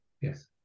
Yes